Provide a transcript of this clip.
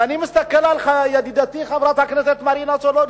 ואני מסתכל על ידידתי חברת הכנסת מרינה סולודקין,